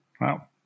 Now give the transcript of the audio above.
Wow